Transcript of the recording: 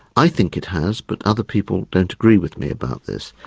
i think it has but other people don't agree with me about this.